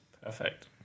perfect